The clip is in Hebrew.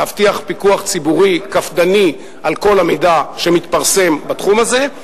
להבטיח פיקוח ציבורי קפדני על כל המידע שמתפרסם בתחום הזה,